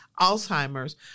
Alzheimer's